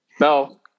No